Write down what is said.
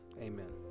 amen